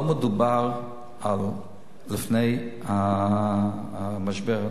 לא מדובר על לפני המשבר הנוכחי.